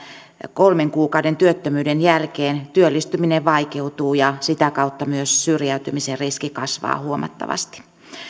kolmen kuukauden työttömyyden jälkeen työllistyminen vaikeutuu ja sitä kautta myös syrjäytymisen riski kasvaa huomattavasti